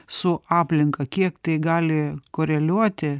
su aplinka kiek tai gali koreliuoti